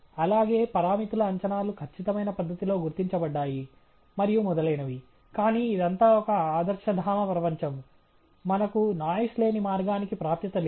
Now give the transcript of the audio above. అలాగే పరామితుల అంచనాలు ఖచ్చితమైన పద్ధతిలో గుర్తించబడ్డాయి మరియు మొదలైనవి కానీ ఇదంతా ఒక ఆదర్శధామ ప్రపంచం మనకు నాయిస్ లేని మార్గానికి ప్రాప్యత లేదు